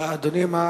אדוני, מה